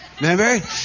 Remember